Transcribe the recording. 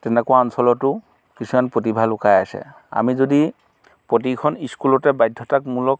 তেনেকুৱা অঞ্চলতো কিছুমান প্ৰতিভা লুকাই আছে আমি যদি প্ৰতিখন স্কুলতে বাধ্যতামূলক